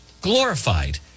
glorified